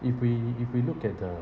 if we if we look at the